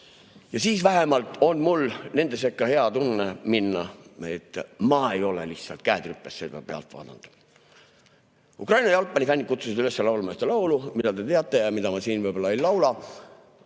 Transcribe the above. ja siis vähemalt on mul nende sekka minnes hea tunne, et ma ei ole lihtsalt käed rüpes seda pealt vaadanud. Ukraina jalgpallifännid kutsusid üles laulma ühte laulu, mida te teate ja mida ma siin võib-olla ei laulaks.